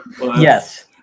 Yes